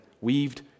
weaved